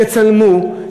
יצלמו,